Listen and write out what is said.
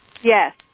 Yes